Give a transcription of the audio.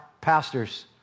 pastors